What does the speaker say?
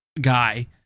guy